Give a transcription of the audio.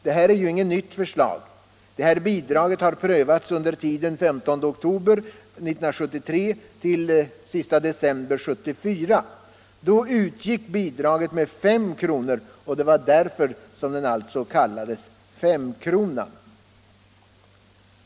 Lt Detta är ju inget nytt förslag — det här bidraget har prövats under tiden = Arbetsmarknadsutden 15 oktober 1973-31 december 1974. Då utgick bidraget med 5 kr. — bildningen och kallades följaktligen ”femkronan”.